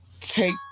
take